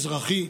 אזרחי.